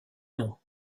noms